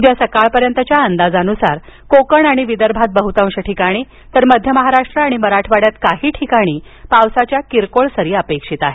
उद्या सकाळपर्यंतच्या अंदाजानुसार कोकण आणि विदर्भात बहुतांश ठिकाणी तर मध्य महाराष्ट्र आणि मराठवाड्यात काही ठिकाणी पावसाच्या किरकोळ सारी अपेक्षित आहेत